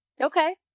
Okay